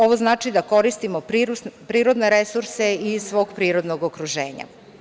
Ovo znači da koristimo privredne resurse iz svog prirodnog okruženja.